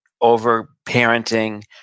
over-parenting